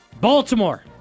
Baltimore